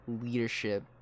leadership